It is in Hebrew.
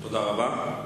תודה רבה.